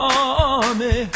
army